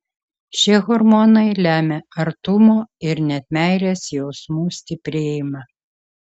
šie hormonai lemia artumo ir net meilės jausmų stiprėjimą